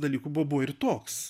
dalykų buvo buvo ir toks